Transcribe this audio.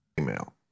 email